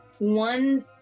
one